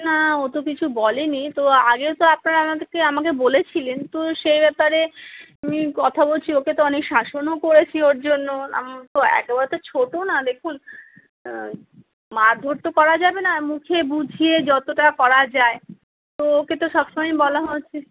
না ও তো কিছু বলে নি তো আগে তো আপনারা আমাকে কি আমাকে বলেছিলেন তো সেই ব্যাপার আমি কথা বলছি ওকে তো অনেক শাসনও করেছি ওর জন্য তো একেবারে তো ছোটো না দেখুন মারধোর তো করা যাবে না মুখে বুঝিয়ে যতোটা করা যাই তো ওকে তো সব সমায়ই বলা হচ্ছে